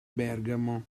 bergamo